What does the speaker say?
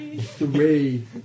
Three